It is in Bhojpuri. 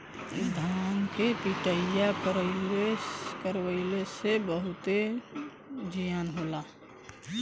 धान के पिटईया करवइले से बहुते जियान होला